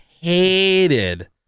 hated